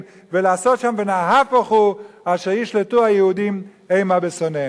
ולעשות שם "ונהפוך הוא אשר ישלטו היהודים המה בשונאיהם".